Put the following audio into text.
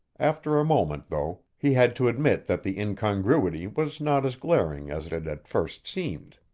after a moment, though, he had to admit that the incongruity was not as glaring as it had at first seemed.